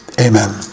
amen